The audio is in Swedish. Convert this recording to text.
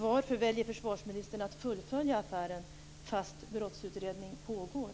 Varför väljer försvarsministern att fullfölja affären fast brottsutredning pågår?